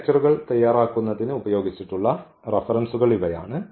ഈ ലെക്ച്ചറുകൾ തയ്യാറാക്കുന്നതിനുപയോഗിച്ചിട്ടുള്ള റഫറൻസുകൾ ഇവയാണ്